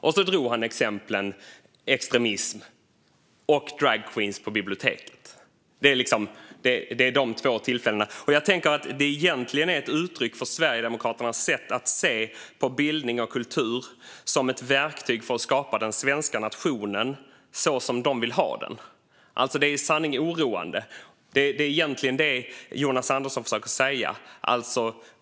Han nämnde exemplen extremism och dragqueens på bibliotek. Det är alltså vid de två tillfällena. Jag tänker att detta egentligen är ett uttryck för Sverigedemokraternas sätt att se bildning och kultur som ett verktyg för att skapa den svenska nationen så som de vill ha den. Detta är i sanning oroande. Det är egentligen detta Jonas Andersson försöker säga.